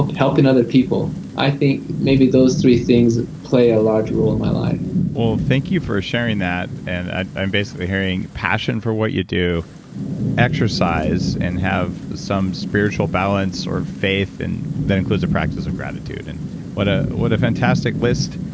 helping other people. i think maybe those three things play a large role in my life well, thank you for sharing that, and and i'm basically hearing passion for what you do exercise, and have some spiritual balance, or faith, and that includes a practice of gratitude. and what ah what a fantastic list.